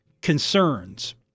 concerns